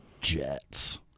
Jets